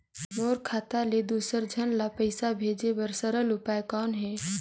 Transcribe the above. मोर खाता ले दुसर झन ल पईसा भेजे बर सरल उपाय कौन हे?